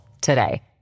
today